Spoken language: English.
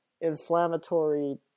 inflammatory